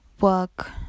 work